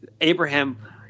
Abraham